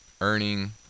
Earning